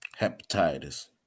hepatitis